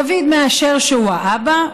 דוד מאשר שהוא האבא.